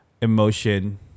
emotion